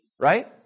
Right